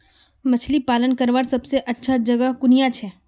मछली पालन करवार सबसे अच्छा जगह कुनियाँ छे?